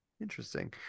Interesting